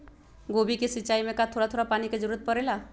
गोभी के सिचाई में का थोड़ा थोड़ा पानी के जरूरत परे ला?